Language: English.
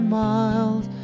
miles